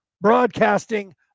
broadcasting